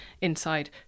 inside